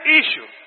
issue